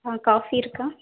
ஆ coffee இருக்கா